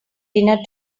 dinner